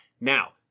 Now